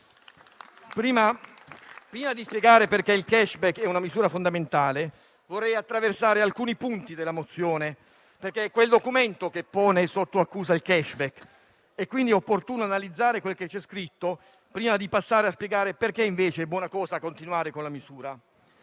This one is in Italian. Prima di spiegare perché il *cashback* è una misura fondamentale, vorrei attraversare alcuni punti della mozione, perché è quel documento che pone sotto accusa il *cashback*; quindi è opportuno analizzare quel che c'è scritto, prima di passare a spiegare perché invece è buona cosa continuare con la misura.